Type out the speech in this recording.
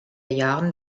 jahren